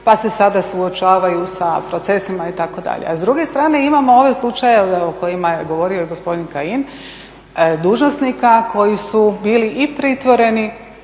pa se sada suočavaju sa procesima itd. A s druge strane imamo ove slučajeve o kojima je govorio i gospodin Kajin dužnosnika koji su bili i pritvoreni